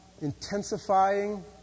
intensifying